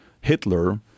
Hitler